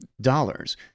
dollars